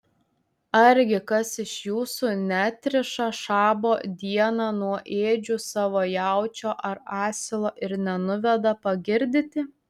argi kas iš jūsų neatriša šabo dieną nuo ėdžių savo jaučio ar asilo ir nenuveda pagirdyti